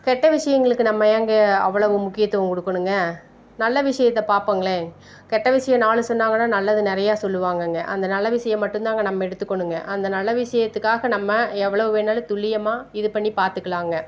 கெட்ட விஷயங்களுக்கு நம்ம ஏங்க அவ்வளவு முக்கியத்துவம் கொடுக்கணுங்க நல்ல விஷயத்த பார்ப்போங்களேன் கெட்ட விஷயம் நாலு சொன்னாங்கன்னால் நல்லது நிறையா சொல்லுவாங்கங்க அந்த நல்ல விஷயம் மட்டும்தாங்க நம்ம எடுத்துக்கணுங்க அந்த நல்ல விஷயத்துக்காக நம்ம எவ்வளோ வேணாலும் துல்லியமாக இது பண்ணி பார்த்துக்கலாங்க